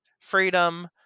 freedom